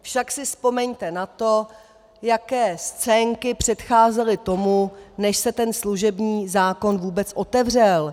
Však si vzpomeňte na to, jaké scénky předcházely tomu, než se ten služební zákon vůbec otevřel.